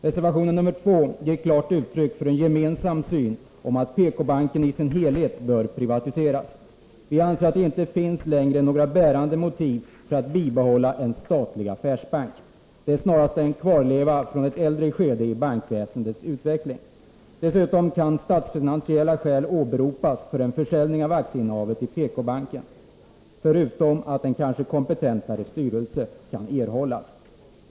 Reservation 2 ger klart uttryck för en gemensam syn på att PK-banken i sin helhet bör privatiseras. Vi anser att det inte längre finns några bärande motiv för att bibehålla en statlig affärsbank. Den är snarast en kvarleva från ett äldre skede i bankväsendets utveckling. Dessutom kan statsfinansiella skäl åberopas för en försäljning av aktieinnehavet i PK-banken, förutom att en kanske kompetentare styrelse kan erhållas.